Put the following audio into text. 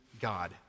God